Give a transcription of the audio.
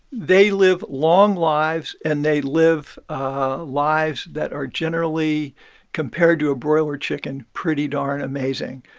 they live long lives. and they live ah lives that are generally compared to a broiler chicken pretty darn amazing.